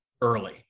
early